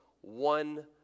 one